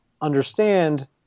understand